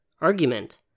Argument